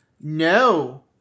No